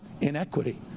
inequity